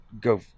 Go